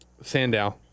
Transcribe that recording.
Sandow